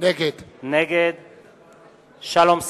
נגד שלום שמחון,